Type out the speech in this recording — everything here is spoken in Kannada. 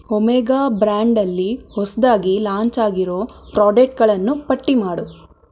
ಒಮೇಗಾ ಬ್ರ್ಯಾಂಡಲ್ಲಿ ಹೊಸದಾಗಿ ಲಾಂಚಾಗಿರೋ ಪ್ರಾಡೆಕ್ಟ್ಗಳನ್ನು ಪಟ್ಟಿ ಮಾಡು